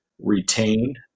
retained